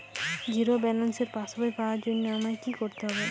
Zero ব্যালেন্সের পাসবই পাওয়ার জন্য আমায় কী করতে হবে?